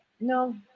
No